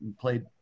played